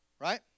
right